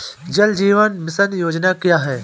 जल जीवन मिशन योजना क्या है?